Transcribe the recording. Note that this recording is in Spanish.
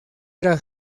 era